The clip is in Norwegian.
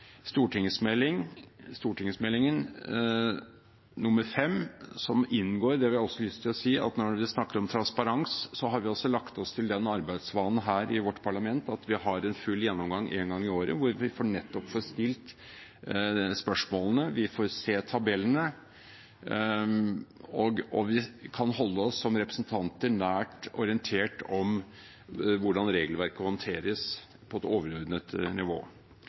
som inngår, snakker om transparens. Vi har lagt oss til den arbeidsvanen her i vårt parlament at vi har en full gjennomgang én gang i året, hvor vi nettopp får stilt spørsmålene og se tabellene, og vi som representanter kan holde oss nært orientert om hvordan regelverket håndteres på et overordnet nivå.